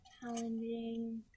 Challenging